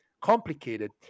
complicated